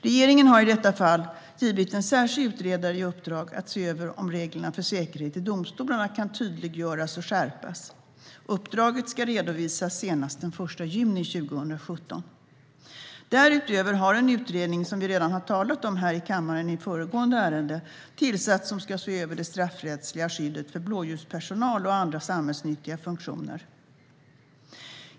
Regeringen har i detta fall givit en särskild utredare i uppdrag att se över om reglerna för säkerhet i domstolarna kan tydliggöras och skärpas. Uppdraget ska redovisas senast den 1 juni 2017. Därutöver har en utredning, som vi redan har talat om här i kammaren i föregående ärende, tillsatts som ska se över det straffrättsliga skyddet för blåljuspersonal och andra samhällsnyttiga funktioner.